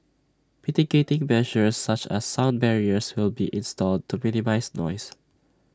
mitigating measures such as sound barriers will be installed to minimise noise